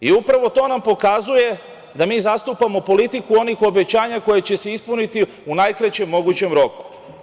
To nam pokazuje da mi zastupamo politiku onih obećanja koja će se ispuniti u najkraćem mogućem roku.